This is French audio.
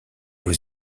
aux